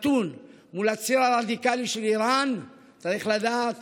מתון, מול הציר הרדיקלי של איראן, צריך לדעת